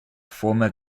former